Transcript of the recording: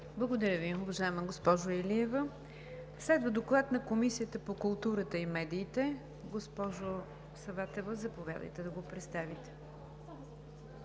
Благодаря Ви, уважаема госпожо Илиева. Следва Докладът на Комисията по културата и медиите. Госпожо Саватева, заповядайте за процедура.